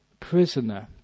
prisoner